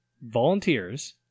volunteers